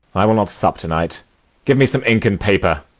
i will not sup to-night give me some ink and paper